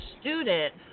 student